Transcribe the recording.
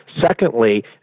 Secondly